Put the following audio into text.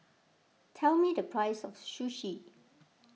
tell me the price of Sushi